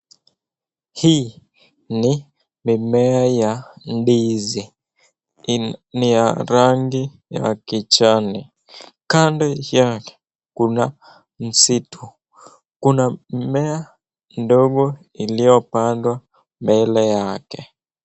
Hii ni mimea ya ndizi, ni ya rangi ya kijani. Kando yake kuna msitu, kuna mmea ndogo iliyopandwa mbele yake.